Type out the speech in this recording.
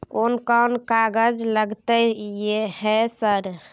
कोन कौन कागज लगतै है सर?